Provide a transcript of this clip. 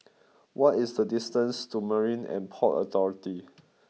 what is the distance to Marine And Port Authority